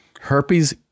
Herpes